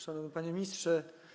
Szanowny Panie Ministrze!